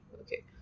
Okay